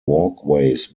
walkways